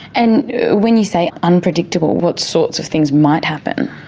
and when you say unpredictable, what sorts of things might happen?